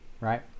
right